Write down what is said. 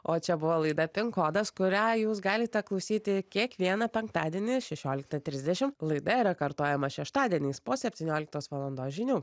o čia buvo laida pin kodas kurią jūs galite klausyti kiekvieną penktadienį šešioliktą trisdešim laida yra kartojama šeštadieniais po septynioliktos valandos žinių